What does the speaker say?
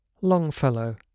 Longfellow